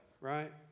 right